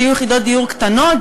שיהיו יחידות דיור קטנות,